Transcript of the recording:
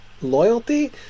loyalty